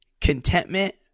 Contentment